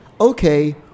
okay